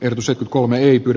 erotusa kolme igor